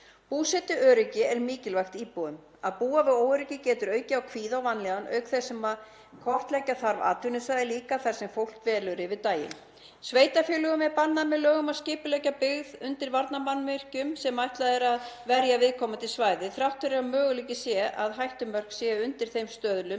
Búsetuöryggi er mikilvægt íbúum. Að búa við óöryggi getur aukið á kvíða og vanlíðan auk þess sem kortleggja þarf atvinnusvæði líka þar sem fólk dvelur yfir daginn. Sveitarfélögum er bannað með lögum að skipuleggja byggð undir varnarmannvirkjum sem ætlað er að verja viðkomandi svæði þrátt fyrir að möguleiki sé að hættumörk séu undir þeim stöðlum